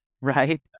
right